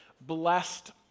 blessed